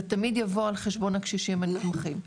זה תמיד יבוא על חשבון הקשישים והנתמכים,